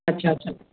अच्छा अच्छा